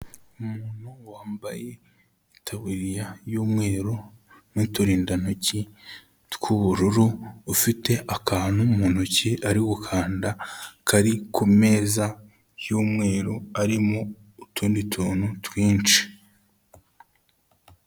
Umuntu wambaye itaburiya y'umweru n'uturindantoki tw'ubururu, ufite akantu mu ntoki ari gukanda kari ku meza y'umweru arimo utundi tuntu twinshi.